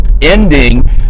ending